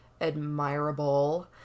admirable